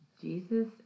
Jesus